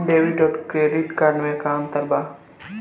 Debit आउर credit card मे का अंतर बा?